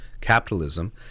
capitalism